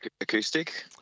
acoustic